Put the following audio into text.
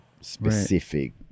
specific